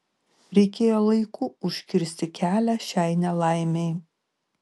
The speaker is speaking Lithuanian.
reikėjo laiku užkirsti kelią šiai nelaimei